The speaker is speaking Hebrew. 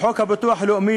לחוק הביטוח הלאומי,